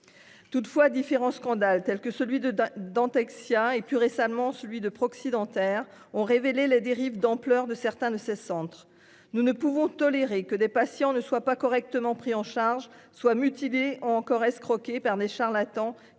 Toutefois différents scandales tels que celui de de Dentexia et plus récemment celui de proxy dentaires ont révélé les dérives d'ampleur de certains de ces centres. Nous ne pouvons tolérer que des patients ne soit pas correctement pris en charge, soient mutilés encore escroqués par des charlatans